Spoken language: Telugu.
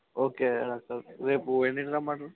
ఓకే ఓకే ఓకే రేపు ఎన్నింటికి రమ్మంటారు